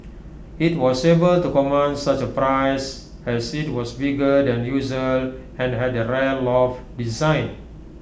IT was able to command such A price as IT was bigger than usual and had A rare loft design